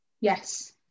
yes